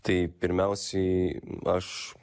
tai pirmiausiai aš